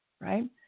right